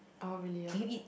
oh really ah